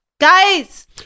guys